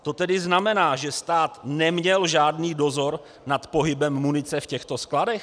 To tedy znamená, že stát neměl žádný dozor nad pohybem munice v těchto skladech?